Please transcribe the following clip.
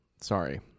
sorry